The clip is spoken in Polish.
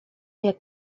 jak